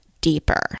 deeper